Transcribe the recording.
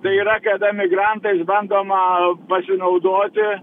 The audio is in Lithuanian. tai yra kada migrantais bandoma pasinaudoti